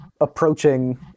approaching